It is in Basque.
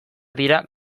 dira